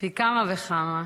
פי כמה וכמה.